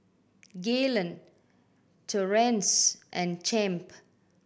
Gaylon Torrance and Champ